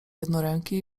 jednoręki